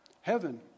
heaven